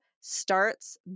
starts